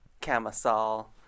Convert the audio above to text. camisole